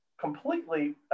completely